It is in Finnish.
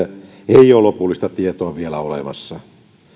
ei ole lopullista tietoa vielä